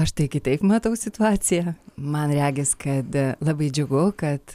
aš tai kitaip matau situaciją man regis kad labai džiugu kad